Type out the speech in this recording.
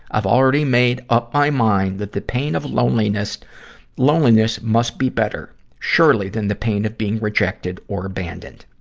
i've already made up my mind that the pain of loneliness loneliness must be better, surely, than the pain of being rejected or abandoned.